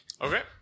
Okay